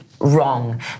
wrong